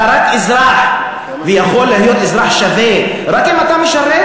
אתה רק אזרח ויכול להיות אזרח שווה רק אם אתה משרת,